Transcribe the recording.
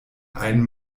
ein